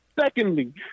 Secondly